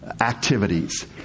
activities